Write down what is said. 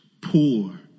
poor